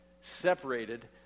separated